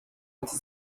ati